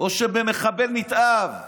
או במחבל נתעב?